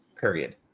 period